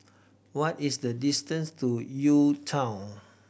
what is the distance to UTown